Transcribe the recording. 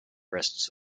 rests